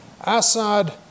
Assad